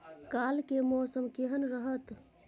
काल के मौसम केहन रहत?